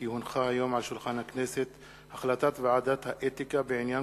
כי הונחה היום על שולחן הכנסת החלטת ועדת האתיקה מיום י"ט בסיוון התש"ע,